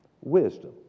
Wisdom